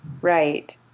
right